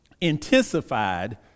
intensified